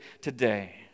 today